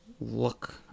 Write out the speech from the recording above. look